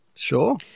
Sure